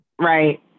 Right